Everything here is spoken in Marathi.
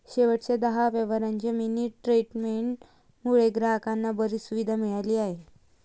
शेवटच्या दहा व्यवहारांच्या मिनी स्टेटमेंट मुळे ग्राहकांना बरीच सुविधा मिळाली आहे